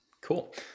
Cool